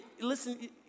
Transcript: listen